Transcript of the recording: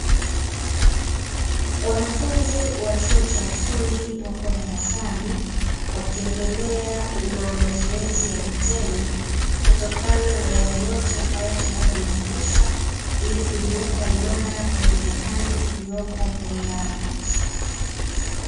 Wanafunzi wa chuo cha ufundi wapo darasani wakiendelea na mazoezi ya vitendo kutokana na yale yote ambayo tayari wamefundishwa, ili kujiweka imara kwa mitihani iliyopo mbele yao.